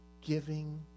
giving